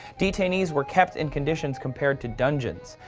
detainees were kept in conditions compared to dungeons,